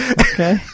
Okay